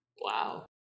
Wow